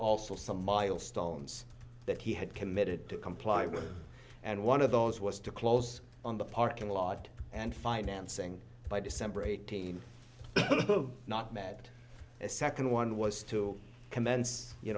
also some milestones that he had committed to comply with and one of those was to close on the parking lot and financing by december eighteenth not met a second one was to commence you